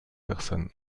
personne